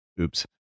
oops